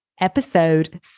episode